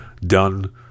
done